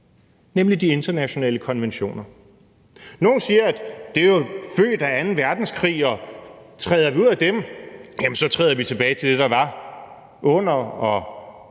nemlig de internationale konventioner. Nogle siger, at de jo er født af anden verdenskrig, og at træder vi ud af dem, så træder vi tilbage til det, der var under og